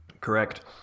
Correct